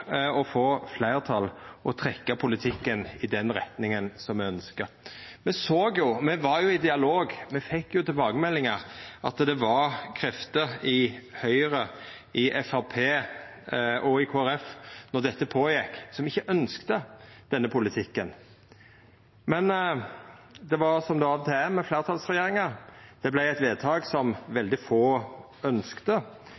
i dialog, og me fekk tilbakemeldingar om det – at det var krefter i Høgre, i Framstegspartiet og i Kristeleg Folkeparti då dette gjekk føre seg, som ikkje ønskte denne politikken. Men det var sånn som det av og til er med fleirtalsregjeringar – det vart eit vedtak som